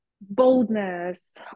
boldness